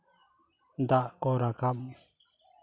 ᱫᱟᱜ ᱠᱚ ᱨᱟᱠᱟᱵᱽ